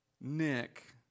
Nick